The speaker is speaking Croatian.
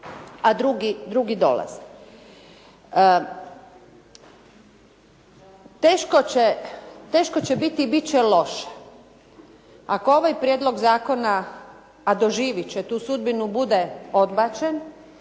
a drugi dolaze. Teško će biti i biti će loše ako ovaj prijedlog zakona, a doživjeti će tu sudbinu, bude odbačen